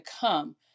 come